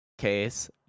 case